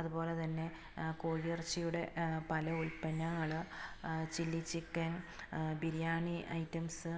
അതുപോലെത്തന്നെ കോഴി ഇറച്ചിയുടെ പല ഉൽപ്പന്നങ്ങൾ ചില്ലി ചിക്കൻ ബിരിയാണി ഐറ്റംസ്